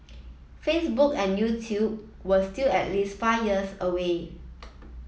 Facebook and YouTube were still at least five years away